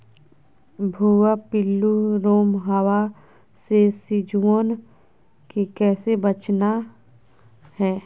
भुवा पिल्लु, रोमहवा से सिजुवन के कैसे बचाना है?